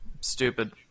stupid